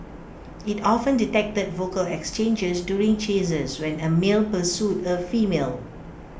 IT often detected vocal exchanges during chases when A male pursued A female